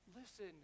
Listen